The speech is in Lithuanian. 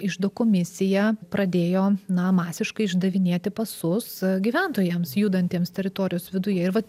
iždo komisija pradėjo na masiškai išdavinėti pasus gyventojams judantiems teritorijos viduje ir vat